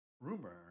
Rumor